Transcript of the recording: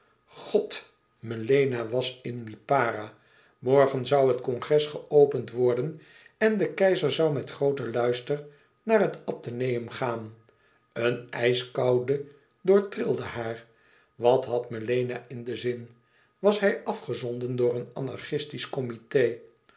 god melena was in lipara morgen zoû het congres geopend worden en de keizer zoû met grooten luister naar het atheneum gaan een ijskoude doorrilde haar wat had elena in den zin was hij afgezonden door een anarchistisch comité